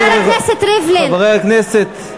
חבר הכנסת ריבלין, חברי הכנסת.